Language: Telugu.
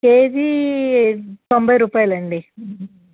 కేజీ తొంభై రూపాయలు అండి